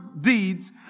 deeds